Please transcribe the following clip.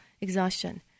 exhaustion